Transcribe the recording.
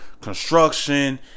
construction